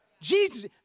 Jesus